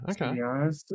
Okay